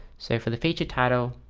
so for the feature title,